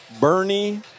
Bernie